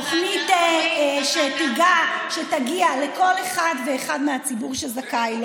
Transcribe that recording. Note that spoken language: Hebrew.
תוכנית שתגיע לכל אחד ואחד מהציבור שזכאי,